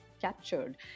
captured